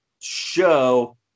show